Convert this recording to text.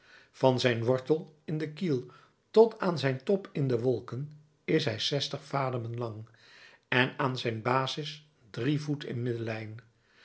van zijn wortel in de kiel tot aan zijn top in de wolken is hij zestig vademen lang en aan zijn basis drie voet in middellijn